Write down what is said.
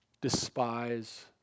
despise